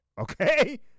okay